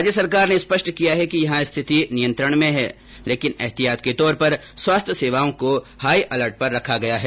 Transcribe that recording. राज्य सरकार ने स्पष्ट किया है कि यहां स्थिति नियंत्रण में है लेकिन एहतियात के तौर पर स्वास्थ्य सेवाओं को हाई अलर्ट पर रखा गया है